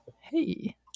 Hey